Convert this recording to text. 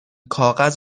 کاغذ